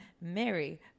Mary